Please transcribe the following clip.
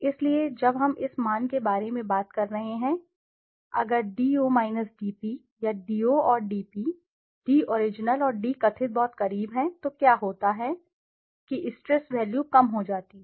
इसलिए जब हम इस मान के बारे में बात कर रहे हैं अगर d0 dp या d0 और dp d ओरिजिनल और d कथित बहुत करीब हैं तो क्या होता है कि स्ट्रेस वैल्यू कम हो जाती है